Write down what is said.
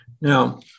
Now